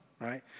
right